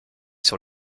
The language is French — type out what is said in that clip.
sur